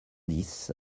dix